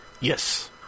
Yes